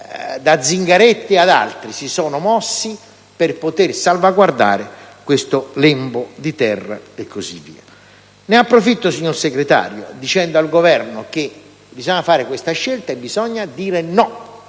Zingaretti ed altri si sono mossi per poter salvaguardare quel lembo di terra. Ne approfitto, signor Sottosegretario, per dire al Governo che bisogna fare questa scelta e bisogna dire no